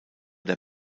der